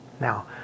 Now